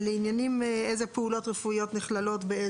זה